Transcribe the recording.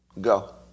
Go